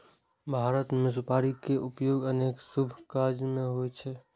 भारत मे सुपारी के उपयोग अनेक शुभ काज मे होइ छै